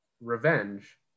Revenge